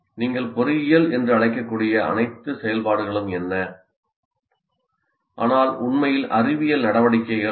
நீங்கள் பொறியியல் என்று அழைக்கக்கூடிய அனைத்து செயல்பாடுகளும் என்ன ஆனால் உண்மையில் அறிவியல் நடவடிக்கைகள் அல்ல